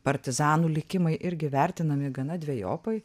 partizanų likimai irgi vertinami gana dvejopai